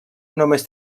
només